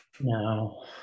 no